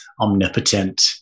omnipotent